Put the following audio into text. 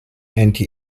anti